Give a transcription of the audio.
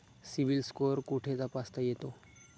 CIBIL score कुठे तपासता येतो?